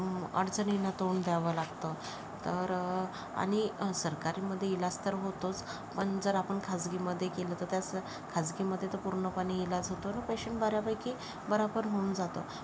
अडचणींना तोंड द्यावं लागतं तर आणि सरकारीमध्ये इलाज तर होतोच पण जर आपण खाजगीमध्ये केलं तर त्याचं खाजगीमध्ये तर पूर्णपणे इलाज होतो आणि पेशंट बऱ्यापैकी बरा पण होऊन जातो